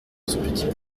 petit